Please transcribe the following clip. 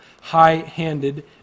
high-handed